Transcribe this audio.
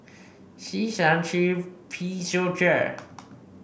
C seven three P zero J